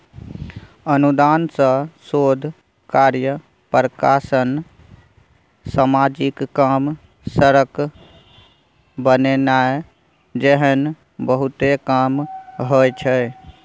अनुदान सँ शोध कार्य, प्रकाशन, समाजिक काम, सड़क बनेनाइ जेहन बहुते काम होइ छै